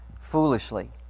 foolishly